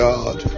God